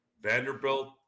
Vanderbilt